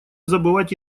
забывать